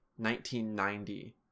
1990